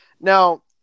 Now